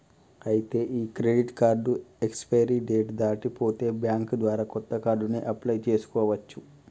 ఐతే ఈ credit card expiry date దాటి పోతే బ్యాంక్ ద్వారా కొత్త కార్డుని అప్లయ్ చేసుకోవచ్చు